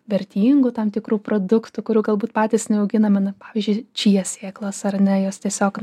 vertingų tam tikrų produktų kurių galbūt patys neauginame na pavyzdžiui čija sėklas ar ne jos tiesiog